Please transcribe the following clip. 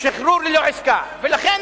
שהאחים